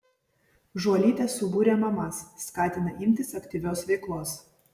žuolytė subūrė mamas skatina imtis aktyvios veiklos